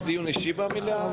יש דיון אישי במליאה?